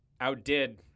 outdid